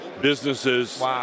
businesses